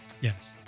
Yes